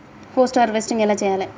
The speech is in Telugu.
పోస్ట్ హార్వెస్టింగ్ ఎలా చెయ్యాలే?